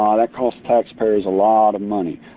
um that costs taxpayers a lot of money.